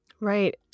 Right